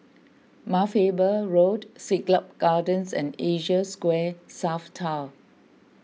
Mount Faber Road Siglap Gardens and Asia Square South Tower